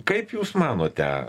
kaip jūs manote